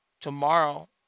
Tomorrow